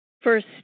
First